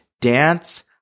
Dance